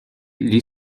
gli